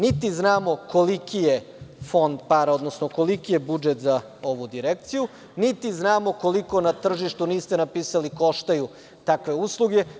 Niti znamo koliki je fond para, koliki je budžet za ovu Direkciju, niti znamo koliko na tržištu, niste napisali, koštaju takve usluge.